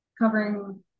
covering